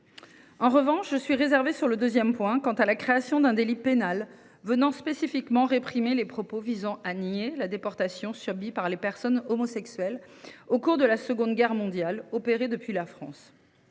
En revanche, je suis réservée sur le deuxième dispositif, à savoir la création d’un délit pénal réprimant spécifiquement les propos visant à nier la déportation subie par les personnes homosexuelles, au cours de la Seconde Guerre mondiale, depuis la France.